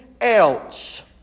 else